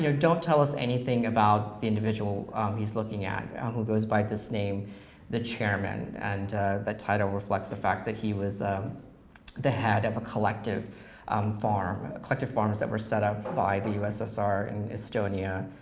you know don't tell us anything about the individual he's looking at who goes by this name the chairman, and that title reflects the fact that he was the head of a collective um farm, collective farms that were set up by the u s s r. in estonia,